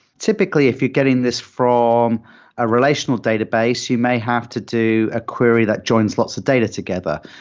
typically, if you get in this from a relational database, you may have to do a query that joins lots of data together,